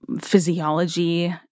physiology